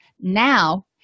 now